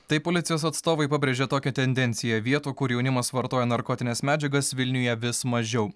tai policijos atstovai pabrėžė tokią tendenciją vietų kur jaunimas vartoja narkotines medžiagas vilniuje vis mažiau